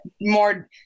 more